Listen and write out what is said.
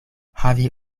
havi